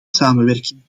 samenwerking